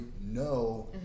no